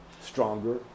stronger